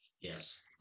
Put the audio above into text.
Yes